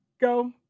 go